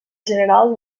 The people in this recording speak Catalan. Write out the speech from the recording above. general